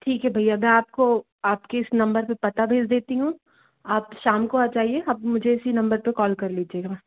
ठीक है भैया मैं आपको आपके इस नंबर पे पता भेज देती हूँ आप शाम को आ जाइए आप मुझे इसी नंबर पे कॉल कर लीजिएगा